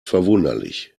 verwunderlich